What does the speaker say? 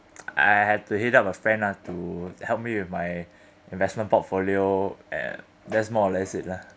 I have to hit up a friend lah to help me with my investment portfolio and that's more or less it lah